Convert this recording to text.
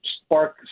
spark